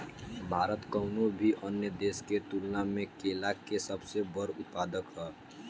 भारत कउनों भी अन्य देश के तुलना में केला के सबसे बड़ उत्पादक ह